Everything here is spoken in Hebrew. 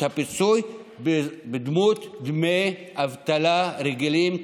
בדמות דמי אבטלה רגילים,